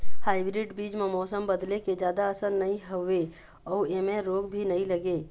hybrid बीज म मौसम बदले के जादा असर नई होवे अऊ ऐमें रोग भी नई लगे